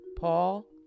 Paul